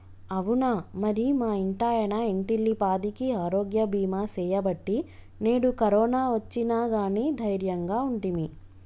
అవునా మరి మా ఇంటాయన ఇంటిల్లిపాదికి ఆరోగ్య బీమా సేయబట్టి నేడు కరోనా ఒచ్చిన గానీ దైర్యంగా ఉంటిమి